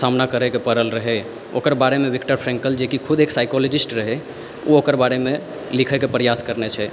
सामना करैके पड़ल रहै ओकर बारेमे विक्टर फ्रेन्कल जे कि खुद एकटा सायकोलोजिस्ट रहै ओ एकर बारेमे लिखैके प्रयास करने छै